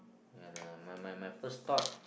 ya lah my my my first thought